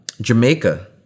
Jamaica